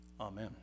Amen